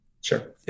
Sure